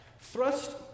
Thrust